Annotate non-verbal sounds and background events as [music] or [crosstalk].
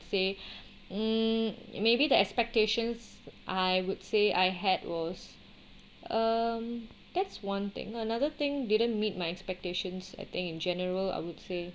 say [breath] mm maybe the expectations I would say I had was um that's one thing another thing didn't meet my expectations I think in general I would say